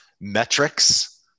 metrics